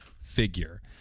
figure